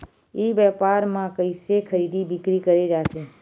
ई व्यापार म कइसे खरीदी बिक्री करे जाथे?